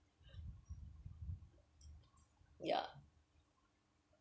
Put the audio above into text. ya